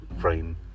frame